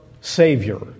Savior